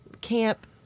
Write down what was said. camp